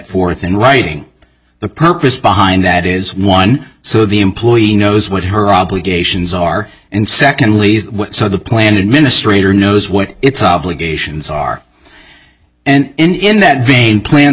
forth in writing the purpose behind that is one so the employee knows what her obligations are and secondly so the plan administrator knows what its obligations are and in that vein plan